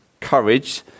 courage